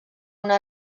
una